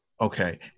okay